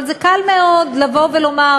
אבל זה קל מאוד לבוא ולומר: